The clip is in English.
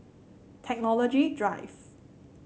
Technology Drive